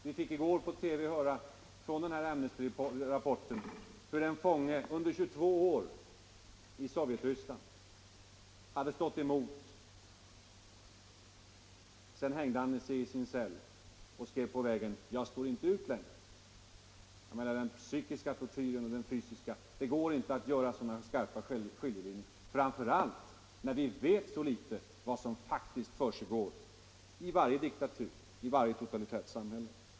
Vi fick i går i TV höra från den här Amnestyrapporten hur en fånge under 22 år hade stått emot i Sovjetryssland. Sedan hängde han sig i sin cell. Han skrev på väggen: Jag står inte ut längre. Jag menar att det inte går att göra några skarpa skilje!injer mellan den psykiska och den fysiska tortyren — framför allt när vi vet så litet om vad som faktiskt försiggår i varje diktatur, i varje totalitärt samhälle.